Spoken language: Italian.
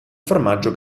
formaggio